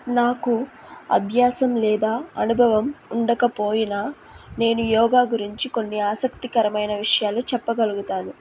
నాకు అభ్యాసం లేదా అనుభవం ఉండకపోయినా నేను యోగా గురించి కొన్ని ఆసక్తికరమైన విషయాలు చెప్పగలుగుతాను